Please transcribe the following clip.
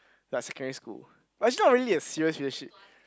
like secondary school but it's not really a serious serious shit